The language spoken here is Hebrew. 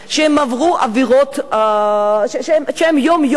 שהן יום-יום,